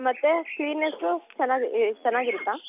ಮತ್ತು ಕ್ಲೀನೆಸ್ಸು ಚೆನ್ನಾಗಿ ಏ ಚೆನ್ನಾಗಿರುತ್ತಾ